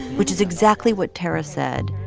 which is exactly what tarra said,